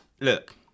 look